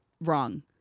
wrong